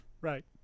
Right